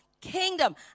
kingdom